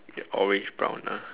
you get orange brown ah